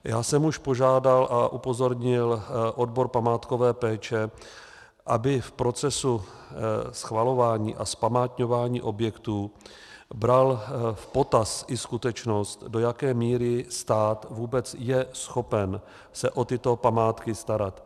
Já jsem už požádal a upozornil odbor památkové péče, aby v procesu schvalování a zpamátňování objektů bral v potaz i skutečnost, do jaké míry stát vůbec je schopen se o tyto památky starat.